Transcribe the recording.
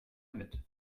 mit